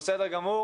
גם לתלמידים,